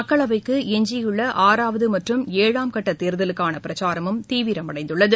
மக்களவைக்கு எஞ்சியுள்ளஆறாவதுமற்றும் ஏழாம் கட்டதேர்தலுக்கானபிரச்சாரமும் தீவிரமடைந்துள்ளது